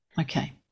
Okay